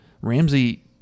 Ramsey